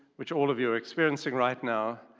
which all of you are experiencing right now,